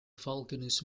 volcanoes